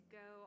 go